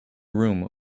room